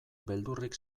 beldurrik